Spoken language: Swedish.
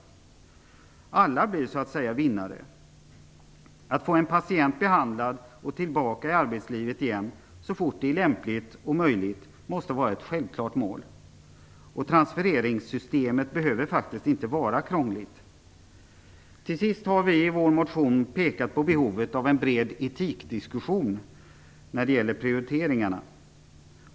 Alla blir så att säga vinnare. Att få en patient behandlad och tillbaka i arbetslivet igen, så fort det är lämpligt och möjligt, måste vara ett självklart mål. Och transfereringssystemet behöver faktiskt inte vara krångligt. Till sist har vi i vår motion pekat på behovet av en bred etikdiskussion när det gäller prioriteringarna.